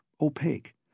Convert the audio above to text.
opaque